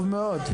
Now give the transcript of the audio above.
טוב מאוד.